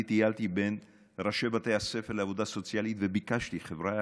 אני טיילתי בין ראשי בתי הספר לעבודה סוציאלית וביקשתי: חבריא,